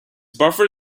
buffer